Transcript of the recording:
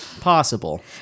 possible